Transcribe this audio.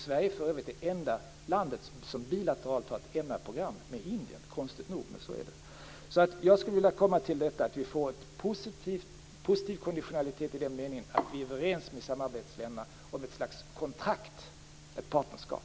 Sverige är för det enda landet som bilateralt har ett MR-program med Indien, konstigt nog, men så är det. Jag skulle vilja komma till att vi får en positiv konditionalitet i den meningen att vi är överens med samarbetsländerna om ett slags kontrakt, ett partnerskap.